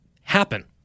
happen